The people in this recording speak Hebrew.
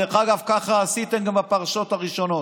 דרך אגב, כך עשיתם גם בפרשות הראשונות,